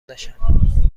نشم